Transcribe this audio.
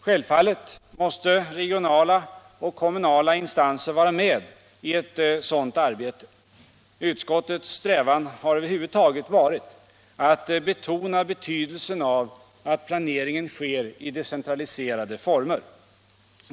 Självfallet måste regionala och kommunala instanser vara med i ett sådant arbete. Utskottets strävan har över huvud taget varit att betona betydelsen av att planeringen sker i decentraliserade former.